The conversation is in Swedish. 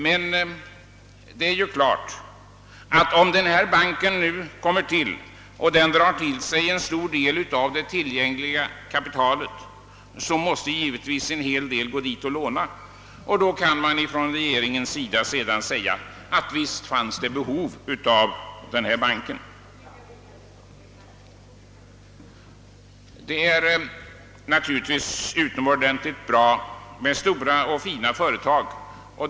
Men om denna bank kommer till och drar till sig en stor del av det tillgängliga kapitalet, måste givetvis somliga gå dit och låna, och då kan man från regeringens sida förklara att det visst fanns behov av en sådan bank. Det är naturligtvis utomordentligt bra med stora och fina företag.